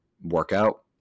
workout